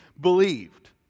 believed